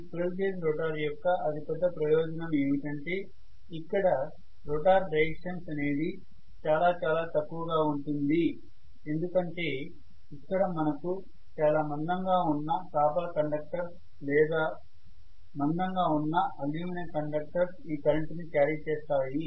ఈ squirrel cage rotor యొక్క అతి పెద్ద ప్రయోజనం ఏమిటంటే ఇక్కడ రోటర్ రెసిస్టెన్స్ అనేది చాలా చాలా తక్కువగా ఉంటుంది ఎందుకంటే ఇక్కడ మనకు చాలా మందంగా ఉన్న కాపర్ కండక్టర్స్ లేదా మందంగా ఉన్న అల్యూమినియం కండక్టర్స్ ఈ కరెంటు ని క్యారీ చేస్తాయి